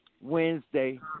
Wednesday